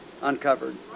uncovered